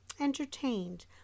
entertained